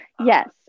Yes